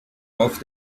auf